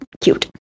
cute